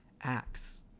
acts